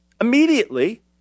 immediately